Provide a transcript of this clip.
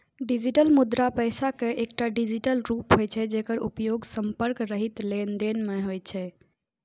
digital मुद्रा पैसा के एकटा डिजिटल रूप होइ छै, जेकर उपयोग संपर्क रहित लेनदेन मे होइ छै